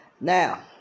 Now